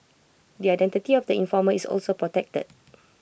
the identity of the informer is also protected